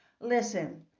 Listen